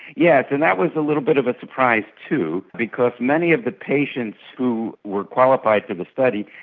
yeah and that was a little bit of a surprise too because many of the patients who were qualified for the study,